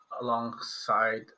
alongside